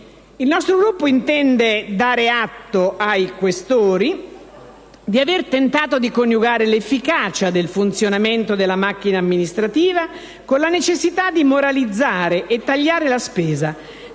Il mio Gruppo intende dare atto ai senatori Questori di aver tentato di coniugare l'efficacia del funzionamento della macchina amministrativa con la necessità di moralizzare e tagliare la spesa,